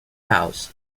house